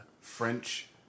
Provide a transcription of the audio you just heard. French